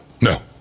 No